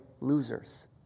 losers